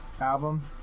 album